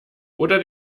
oder